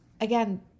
Again